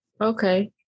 Okay